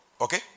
Okay